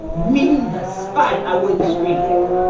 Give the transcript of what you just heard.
meanness, spite, i wouldn't scream.